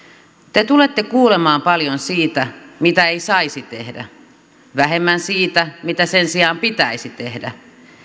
te tulette kuulemaan paljon siitä mitä ei saisi tehdä vähemmän siitä mitä sen sijaan pitäisi tehdä